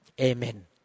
Amen